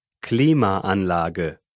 Klimaanlage